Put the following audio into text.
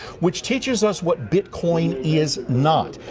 which teaches us what bitcoin is not.